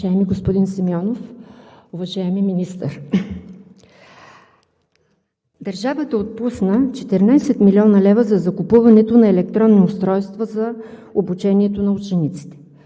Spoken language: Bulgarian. държавата отпусна 14 млн. лв. за закупуването на електронни устройства за обучението на учениците.